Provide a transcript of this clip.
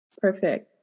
Perfect